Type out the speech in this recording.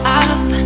up